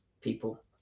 people